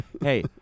Hey